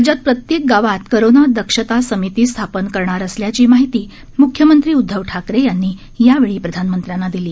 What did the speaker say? राज्यात प्रत्येक गावात कोरोना दक्षता समिती स्थापन करणार असल्याची माहिती म्ख्यमंत्री उद्धव ठाकरे यांनी यावेळी प्रधानमंत्र्यांना दिली